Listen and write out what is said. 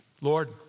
Lord